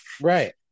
Right